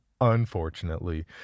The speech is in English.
unfortunately